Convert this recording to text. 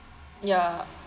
how ya